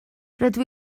rydw